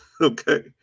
okay